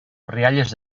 rialles